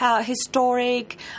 historic